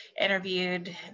interviewed